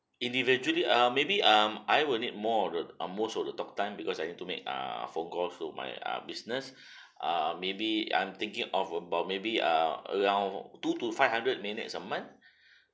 individually uh maybe um I will need more on the uh most of the talk time because I into made err forego to my uh business err maybe I'm thinking of about maybe err around two to five hundred minutes a month